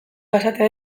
basatia